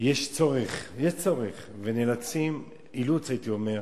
שיש צורך, יש צורך ונאלצים, אילוץ הייתי אומר,